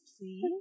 please